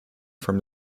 from